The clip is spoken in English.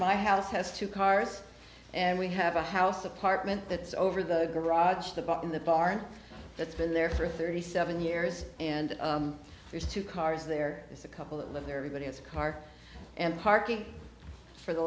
my house has two cars and we have a house apartment that's over the garage the back in the barn that's been there for thirty seven years and there's two cars there is a couple that live there everybody has a car and parking for the